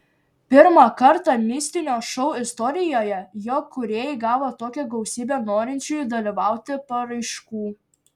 pirmą kartą mistinio šou istorijoje jo kūrėjai gavo tokią gausybę norinčiųjų dalyvauti paraiškų